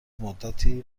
مدتی